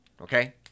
Okay